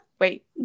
Wait